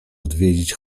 odwiedzić